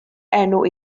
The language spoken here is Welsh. enw